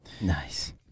nice